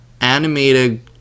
animated